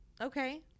Okay